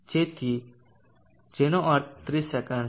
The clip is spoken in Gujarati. તેથી જેનો અર્થ 30 સેકંડ છે